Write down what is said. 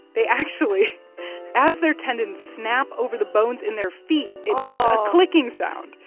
they actually as their tendons snap over the bones in their feet, it makes a clicking sound.